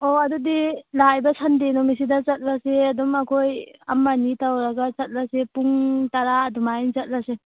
ꯑꯣ ꯑꯗꯨꯗꯤ ꯂꯥꯛꯂꯤꯕ ꯁꯟꯗꯦ ꯅꯨꯃꯤꯠꯁꯤꯗ ꯆꯠꯂꯁꯦ ꯑꯗꯨꯝ ꯑꯩꯈꯣꯏ ꯑꯃ ꯑꯅꯤ ꯇꯧꯔꯒ ꯆꯠꯂꯁꯦ ꯄꯨꯡ ꯇꯥꯔꯥ ꯑꯗꯨꯃꯥꯏꯅ ꯆꯠꯂꯁꯦ